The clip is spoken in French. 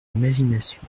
imagination